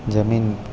જમીન